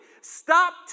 Stop